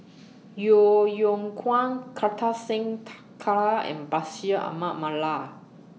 Yeo Yeow Kwang Kartar Singh Thakral and Bashir Ahmad Mallal